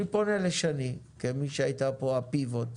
אני פונה לשני, כמי שהייתה כאן ה-פיבוט,